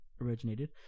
originated